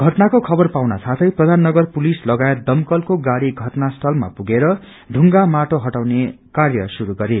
घटनाको खबर पाउन साथै प्रधाननगर पुलिस लगायत दमकलको गाड़ी घटनास्थलमा पुगेर ढुंगा माटो हटाउने कार्य शुरू गरे